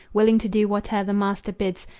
willing to do whate'er the master bids,